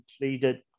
completed